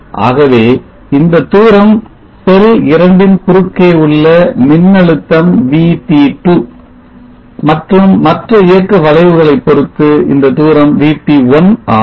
ஆகவே இந்த தூரம் செல் இரண்டின் குறுக்கே உள்ள மின்னழுத்தம் VT2 மற்றும் மற்ற இயக்க வளைவுகளை பொறுத்து இந்த தூரம் VT1 ஆகும்